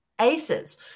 aces